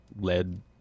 lead